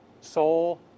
Soul